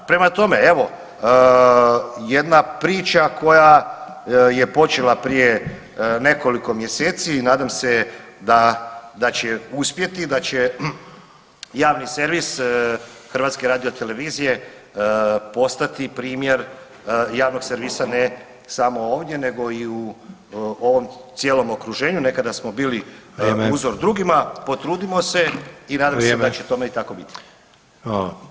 Prema tome, evo, jedna priča koja je počela prije nekoliko mjeseci, nadam se da će uspjeti, da će javni servis HRT-a postati primjer javnog servisa, ne samo ovdje, nego i u ovom cijelom okruženju, nekada smo bili uzor [[Upadica: Vrijeme.]] drugima, potrudimo se [[Upadica: Vrijeme.]] i nadam se da će tome i tako biti.